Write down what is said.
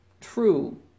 True